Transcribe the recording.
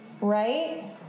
Right